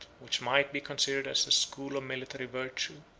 which might be considered as a school of military virtue,